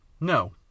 No